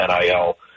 NIL